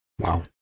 wow